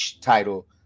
title